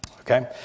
Okay